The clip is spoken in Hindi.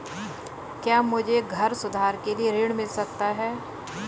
क्या मुझे घर सुधार के लिए ऋण मिल सकता है?